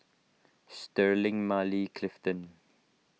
Sterling Marley Clifton